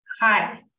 Hi